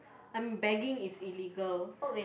um begging is illegal